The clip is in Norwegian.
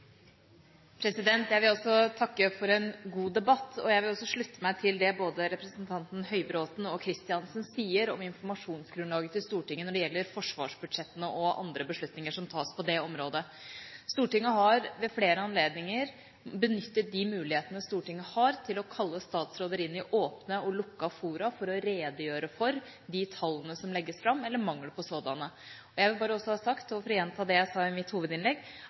representanten Kristiansen sier om informasjonsgrunnlaget til Stortinget når det gjelder forsvarsbudsjettene og andre beslutninger som tas på det området. Stortinget har ved flere anledninger benyttet de mulighetene Stortinget har til å kalle statsråder inn i åpne og lukkede fora for å redegjøre for de tallene som legges fram, eller mangelen på sådanne. Jeg vil bare også ha sagt – for å gjenta det jeg sa i mitt hovedinnlegg